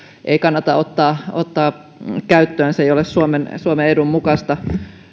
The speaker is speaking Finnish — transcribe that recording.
ei kannata ottaa ottaa käyttöön se ei ole suomen suomen edun mukaista